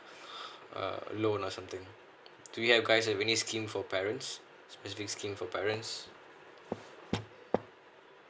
loan or something do you guys have any scheme for parents specific schemes for parents